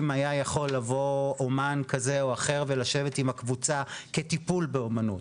היה יכול לבוא אמן כזה או אחר ולשבת עם הקבוצה כטיפול באומנות.